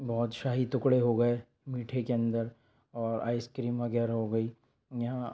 بادشاہی ٹکڑے ہو گئے میٹھے کے اندر اور آئس کریم وغیرہ ہو گئی یہاں